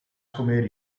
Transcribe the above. comer